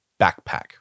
backpack